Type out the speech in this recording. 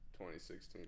2016